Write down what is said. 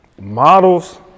models